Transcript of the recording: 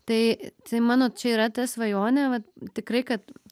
tai tai mano čia yra ta svajonė va tikrai kad